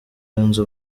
yunze